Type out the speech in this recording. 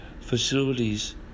facilities